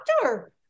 doctor